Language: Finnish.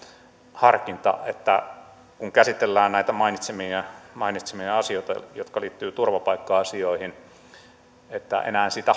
harkinta että kun käsitellään näitä mainitsemiani asioita jotka liittyvät turvapaikka asioihin niin siitä